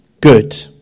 good